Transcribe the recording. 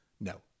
No